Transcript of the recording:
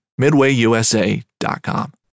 MidwayUSA.com